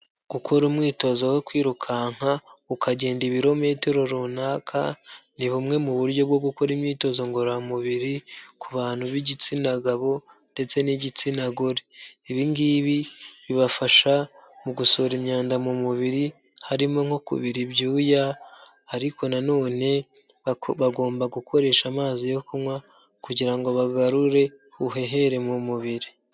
Gukora umwitozo wo kwirukanka ukagenda ibirometero runaka ni bumwe mu buryo bwo gukora imyitozo ngororamubiri ku bantu b'igitsina gabo ndetse n'igitsina gore. Ibingibi bibafasha mu gusohora imyanda mu mubiri harimo nko kubira ibyuya, ariko na none bagomba gukoresha amazi yo kunywa kugira ngo bagarure ubuhehere mu mubiri.